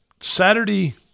Saturday